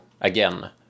again